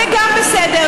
זה גם בסדר,